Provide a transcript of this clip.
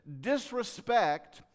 disrespect